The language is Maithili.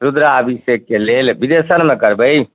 रुद्राभिषेकके लेल बिदेसरमे करबै